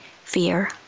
fear